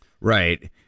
Right